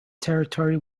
territory